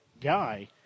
guy